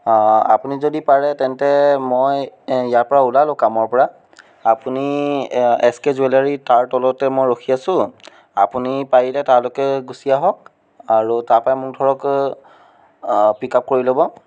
আপুনি যদি পাৰে তেন্তে মই ইয়াৰপৰা ওলালোঁ কামৰপৰা আপুনি এচ কে জুয়েলাৰী তাৰ তলতে মই ৰখি আছো আপুনি পাৰিলে তাৰলৈকে গুচি আহক আৰু তাৰপৰাই মোক ধৰক পিকআপ কৰি ল'ব